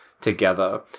together